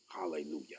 Hallelujah